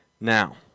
Now